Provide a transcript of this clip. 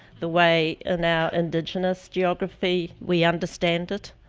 the way in our indigenous geography we understand it